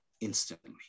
instantly